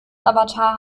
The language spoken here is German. avatar